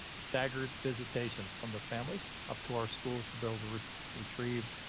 staggered, visitations from the families up to our schools to build the routes, retrieve